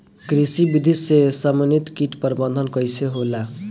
कृषि विधि से समन्वित कीट प्रबंधन कइसे होला?